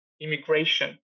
immigration